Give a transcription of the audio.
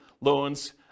loans